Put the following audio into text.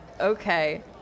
Okay